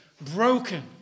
broken